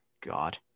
God